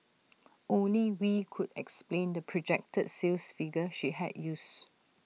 only wee could explain the projected sales figure she had used